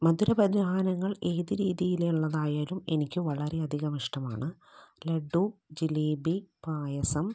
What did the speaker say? മധുരപലഹാരങ്ങൾ ഏതുരീതിയിലുള്ളതായാലും എനിക്ക് വളരെയധികം ഇഷ്ടമാണ് ലഡു ജിലേബി പായസം